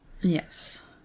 Yes